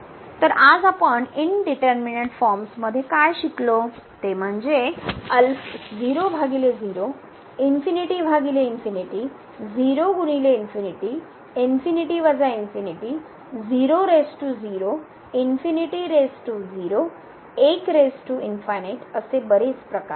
तर आज आपण इनडीटरमिनेट फॉर्म्स मध्ये काय शिकलो ते म्हणजे असे बरेच प्रकार